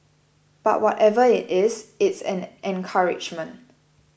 but whatever it is it's an encouragement